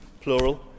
plural